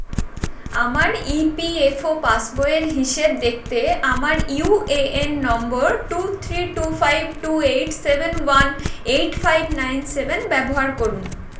আমার E P F O পাসবইয়ের হিসেব দেখতে আমার U A N number two three two five two eight seven one eight five nine seven ব্যবহার করুন